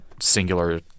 singular